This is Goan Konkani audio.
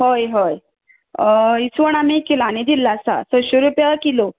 हय हय इसवण आमी किलांनी दिल्लो आसा सयशें रुपया किलो